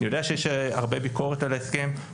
אני יודע שיש הרבה ביקורת על ההסכם,